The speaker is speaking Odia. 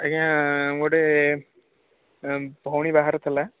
ଆଜ୍ଞା ଗୋଟିଏ ଭଉଣୀ ବାହାଘର ଥିଲା